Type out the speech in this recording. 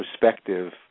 perspective